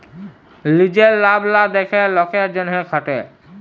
লিজের লাভ লা দ্যাখে লকের জ্যনহে খাটে